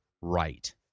right